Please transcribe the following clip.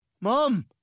mom